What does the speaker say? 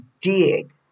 dig